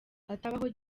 hatabaho